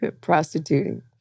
prostituting